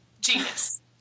Genius